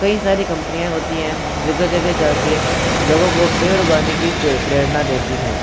कई सारी कंपनियाँ होती हैं जगह जगह जाके लोगों को पेड़ उगाने की प्रेरणा देती हैं